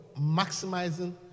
maximizing